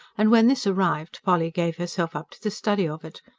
and when this arrived, polly gave herself up to the study of it.